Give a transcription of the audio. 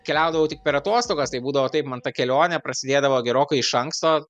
keliaudavau tik per atostogas tai būdavo taip man ta kelionė prasidėdavo gerokai iš anksto